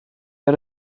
her